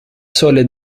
sole